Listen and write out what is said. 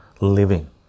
living